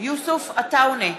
יוסף עטאונה,